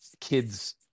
kids